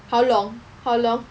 how long how long